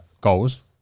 goals